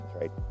right